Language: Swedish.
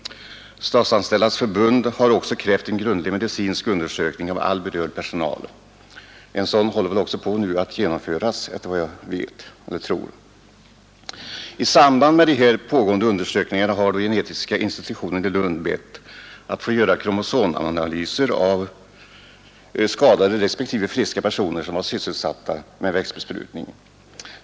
Statsanställdas förbund har också krävt en grundlig undersökningar av SJ-anställda som sysslat med växtbekämpning undersökningar av SJ-anställda som sysslat med växtbekämpning medicinsk undersökning av all berörd personal. En sådan håller väl också på att utföras för närvarande. I samband med dessa pågående undersökningar har genetiska institutionen i Lund bett att få göra kromosomanalyser på skadade respektive friska personer som varit sysselsatta med växtbesprutning.